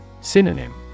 Synonym